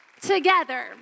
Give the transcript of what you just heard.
together